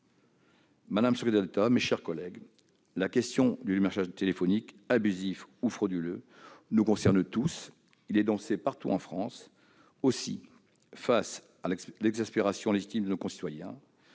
Madame la secrétaire d'État, mes chers collègues, la question du démarchage téléphonique abusif ou frauduleux nous concerne tous. Ce phénomène est dénoncé partout en France. Aussi, eu égard à l'exaspération légitime de nos concitoyens